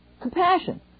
Compassion